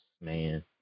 man